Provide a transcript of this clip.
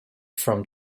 from